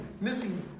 missing